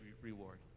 reward